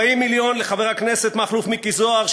40 מיליון לחבר הכנסת מכלוף מיקי זוהר,